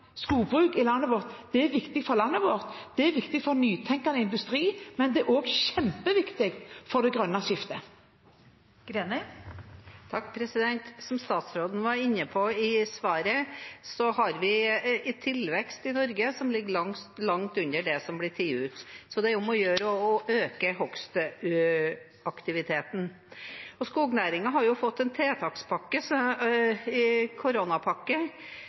er viktig for landet vårt, det er viktig for nytenkende industri, men det er også kjempeviktig for det grønne skiftet. Som statsråden var inne på i svaret, har vi en tilvekst i Norge som ligger langt under det som blir tatt ut, så det er om å gjøre å øke hogstaktiviteten. Skognæringen har fått en tiltakspakke, en koronapakke,